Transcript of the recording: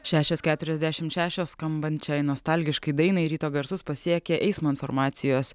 šešios keturiasdešimt šešios skamban nostalgiškai dainai ryto garsus pasiekė eismo informacijos